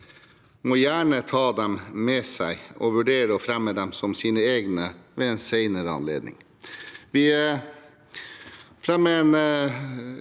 må gjerne ta dem med seg og vurdere å fremme dem som sine egne ved en senere anledning. Vi fremmer en